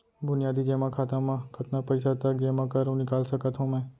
बुनियादी जेमा खाता म कतना पइसा तक जेमा कर अऊ निकाल सकत हो मैं?